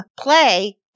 play